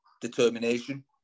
Determination